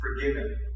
forgiven